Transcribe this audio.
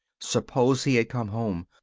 suppose he had come home!